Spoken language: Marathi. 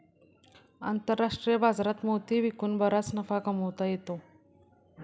आंतरराष्ट्रीय बाजारात मोती विकून बराच नफा कमावता येतो